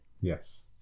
Yes